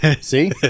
See